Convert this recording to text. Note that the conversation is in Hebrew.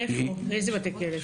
איזה בתי כלא?